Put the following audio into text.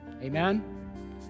Amen